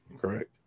correct